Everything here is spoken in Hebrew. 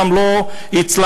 גם לא הצלחנו.